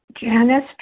Janice